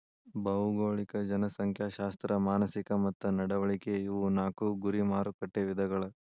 ಭೌಗೋಳಿಕ ಜನಸಂಖ್ಯಾಶಾಸ್ತ್ರ ಮಾನಸಿಕ ಮತ್ತ ನಡವಳಿಕೆ ಇವು ನಾಕು ಗುರಿ ಮಾರಕಟ್ಟೆ ವಿಧಗಳ